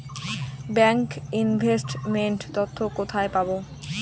Bank investment তথ্য কোথায় পাব?